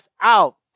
out